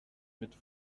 mit